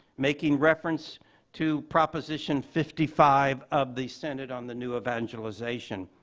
making reference to proposition fifty five of the synod on the new evangelization.